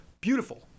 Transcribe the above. Beautiful